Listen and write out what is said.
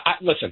listen